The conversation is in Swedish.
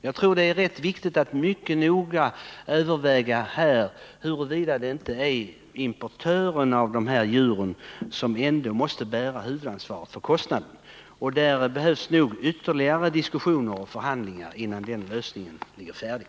Jag tycker det är viktigt att mycket noga överväga huruvida det inte är importörerna av de här djuren som ändå måste bära huvudansvaret för kostnaderna. Därvidlag behövs det nog ytterligare diskussioner och förhandlingar innan en lösning ligger färdig.